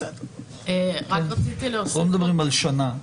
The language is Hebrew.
בסדר, אנחנו לא מדברים על שנה,